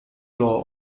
law